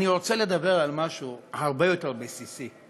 אני רוצה לדבר על משהו הרבה יותר בסיסי.